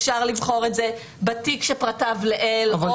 אפשר לבחור את זה בתיק שפרטיו לעיל או